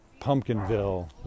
Pumpkinville